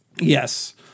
Yes